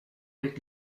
avec